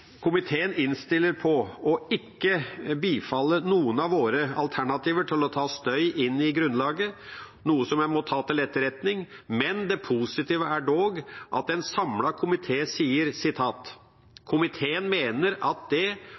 Komiteen innstiller på å ikke bifalle noen av våre alternativer til å ta støy inn i Grunnloven, noe som jeg må ta til etterretning, men det positive er dog at en samlet komité sier: «Komiteen mener at det